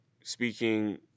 speaking